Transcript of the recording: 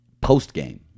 post-game